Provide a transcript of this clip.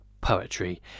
poetry